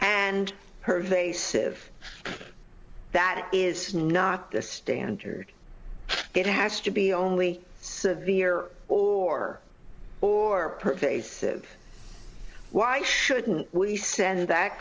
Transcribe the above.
and hervey siv that it is not the standard it has to be only severe or or pervasive why shouldn't we send that